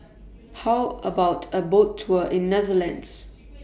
How about A Boat Tour in Netherlands